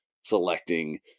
selecting